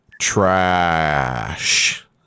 trash